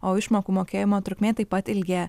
o išmokų mokėjimo trukmė taip pat ilgėja